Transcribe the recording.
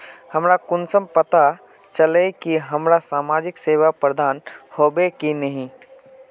हमरा कुंसम पता चला इ की हमरा समाजिक सेवा प्रदान होबे की नहीं?